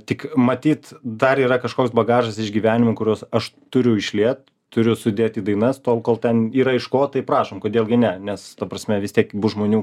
tik matyt dar yra kažkoks bagažas išgyvenimų kuriuos aš turiu išliet turiu sudėt į dainas tol kol ten yra iškovotai prašom kodėl gi ne nes ta prasme vis tiek bus žmonių